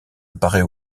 apparaît